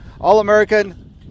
All-American